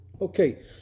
Okay